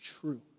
true